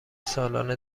سالانه